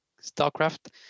StarCraft